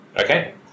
Okay